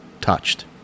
touched